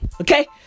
okay